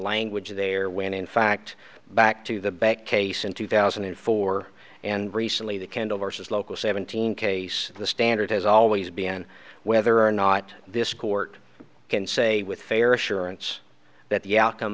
language there when in fact back to the bank case in two thousand and four and recently the candle versus local seventeen case the standard has always been whether or not this court can say with fair assurance that the outcome